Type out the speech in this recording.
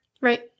Right